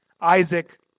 Isaac